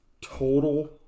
total